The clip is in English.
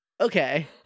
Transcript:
Okay